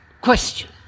question